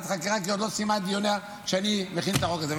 החקירה כי היא עוד לא סיימה את דיוניה כשאני מכין את החוק הזה,